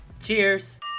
Cheers